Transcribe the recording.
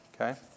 Okay